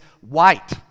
white